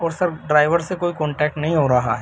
اور sir driver سے کوئی کنٹیکٹ نہیں ہو رہا ہے